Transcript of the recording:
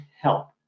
help